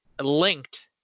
linked